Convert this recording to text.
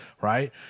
right